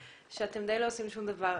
עולה שאתם לא עושים שום דבר.